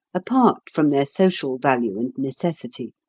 apart from their social value and necessity.